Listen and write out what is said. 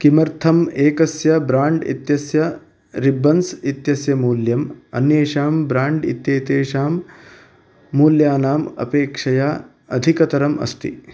किमर्थम् एकस्य ब्राण्ड् इत्यस्य रिब्बन्स् इत्यस्य मूल्यम् अन्येषां ब्राण्ड् इत्येतेषां मूल्यानाम् अपेक्षया अधिकतरम् अस्ति